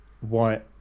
white